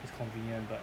it's convenient but